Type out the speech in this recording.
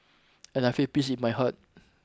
and I feel peace in my heart